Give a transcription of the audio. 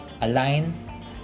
align